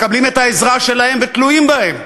מקבלים את העזרה שלהם ותלויים בהם.